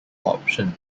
option